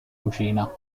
cucina